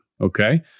okay